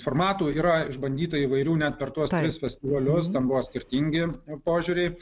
formatų yra išbandyta įvairių net per tuos tris festivalius ten buvo skirtingi požiūriai